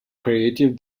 creative